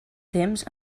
temps